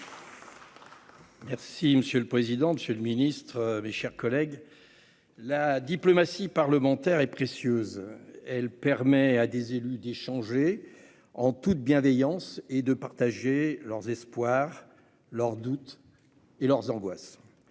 Monsieur le président, monsieur le ministre, mes chers collègues, la diplomatie parlementaire est précieuse. Elle permet à des élus de discuter en toute bienveillance et de partager leurs espoirs, leurs doutes et leurs angoisses.